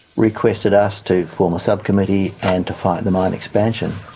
requested us to form a sub-committee and to fight the mine expansion.